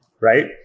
right